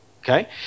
okay